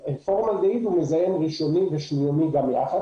פורמלדהיד הוא מזהם ראשוני ושניוני גם יחד,